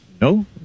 No